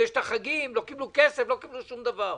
בחגים נראה שלא קיבלו כסף, לא קיבלו שום דבר.